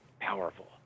powerful